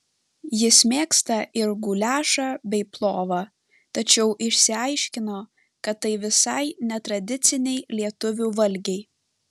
jis mėgsta ir guliašą bei plovą tačiau išsiaiškino kad tai visai ne tradiciniai lietuvių valgiai